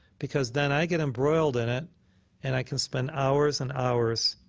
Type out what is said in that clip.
because then i get embroiled in it and i can spend hours and hours